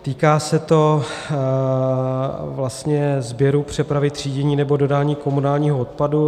Týká se to vlastně sběru, přepravy, třídění nebo dodání komunálního odpadu.